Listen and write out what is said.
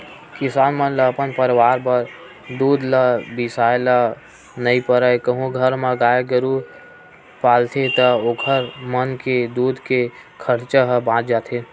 किसान मन ल अपन परवार बर दूद ल बिसाए ल नइ परय कहूं घर म गाय गरु पालथे ता ओखर मन के दूद के खरचा ह बाच जाथे